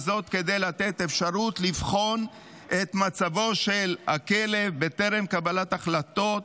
כדי לתת אפשרות לבחון את מצבו של הכלב בטרם קבלת החלטות.